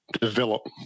develop